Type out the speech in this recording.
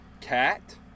cat